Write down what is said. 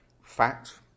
fact